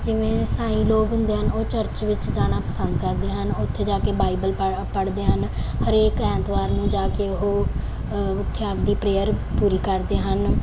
ਜਿਵੇਂ ਇਸਾਈ ਲੋਕ ਹੁੰਦੇ ਹਨ ਉਹ ਚਰਚ ਵਿੱਚ ਜਾਣਾ ਪਸੰਦ ਕਰਦੇ ਹਨ ਉੱਥੇ ਜਾ ਕੇ ਬਾਈਬਲ ਪ ਪੜ੍ਹਦੇ ਹਨ ਹਰੇਕ ਐਤਵਾਰ ਨੂੰ ਜਾ ਕੇ ਉਹ ਉੱਥੇ ਆਪਦੀ ਪ੍ਰੇਅਰ ਪੂਰੀ ਕਰਦੇ ਹਨ